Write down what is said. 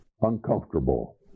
uncomfortable